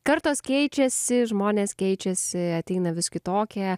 kartos keičiasi žmonės keičiasi ateina vis kitokie